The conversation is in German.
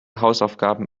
hausaufgaben